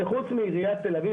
שחוץ מעיריית תל אביב,